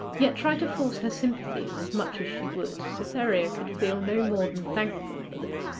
yet try to force her sympathies as much as she would, cytherea could feel no more than thankful for this,